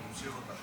אני ממשיך אותך.